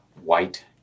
white